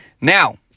Now